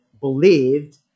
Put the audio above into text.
believed